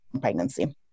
pregnancy